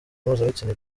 mpuzabitsina